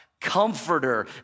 Comforter